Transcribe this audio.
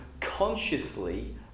consciously